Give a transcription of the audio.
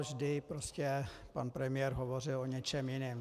Vždy prostě pan premiér hovořil o něčem jiném.